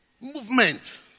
movement